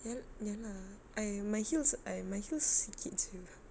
ya ya lah I my heels I my heels sikit jer